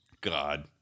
god